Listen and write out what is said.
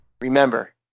Remember